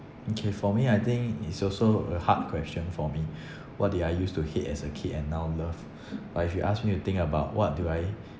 K for me I think it's also a hard question for me what did I use to hate as a kid and now love but if you ask me to think about what do I